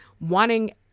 wanting